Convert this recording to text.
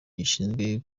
gishinzwe